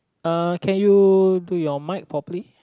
uh can you do your mic properly